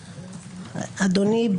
אדוני,